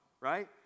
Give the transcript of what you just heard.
right